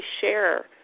share